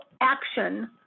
action